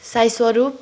Saiswaroop